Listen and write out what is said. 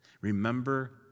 Remember